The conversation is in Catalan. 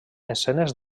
escenes